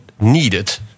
needed